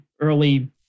early